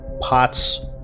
Pots